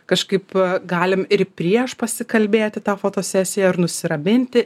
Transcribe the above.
kažkaip galim ir prieš pasikalbėti tą fotosesiją ar nusiraminti